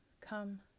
Come